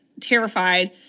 terrified